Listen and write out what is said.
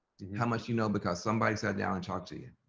how much you know because somebody sat down and talked to you.